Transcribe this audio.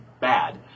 bad